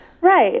Right